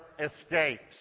escapes